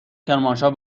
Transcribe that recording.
کرمانشاه